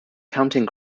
counting